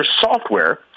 software